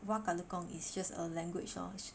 wakaligong is just a language lor